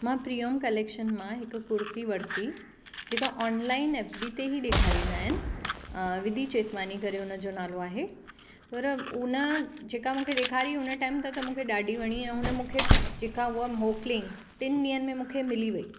मां प्रियोम कलैक्शन मां हिकु कुर्ती वरिती जेका ऑनलाइन एफ बी ते ई ॾेखारींदा आहिनि विधी चेतवानी करे उनजो नालो आहे पर उन जेका मूंखे ॾेखारी उन टाइम ते त मूंखे ॾाढी वणी ऐं हुन मूंखे जेका उहा मोकिलियाईं टिनि ॾींहनि में मूंखे मिली वई